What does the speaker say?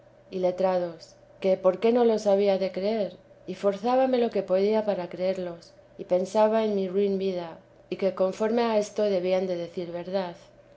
y letrados que por qué no los había de creer forzábame lo que podía para creerlos y pensaba en mi ruin vida y que conforme a esto debían de decir verdad